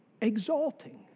exalting